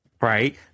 right